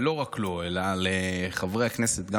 ולא רק לו אלא לחברי הכנסת,